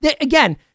Again